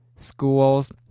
Schools